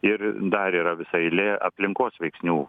ir dar yra visa eilė aplinkos veiksnių